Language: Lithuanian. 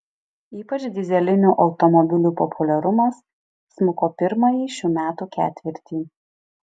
ypač dyzelinių automobilių populiarumas smuko pirmąjį šių metų ketvirtį